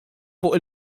fuq